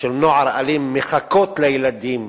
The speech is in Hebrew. של נוער אלים מחכות לילדים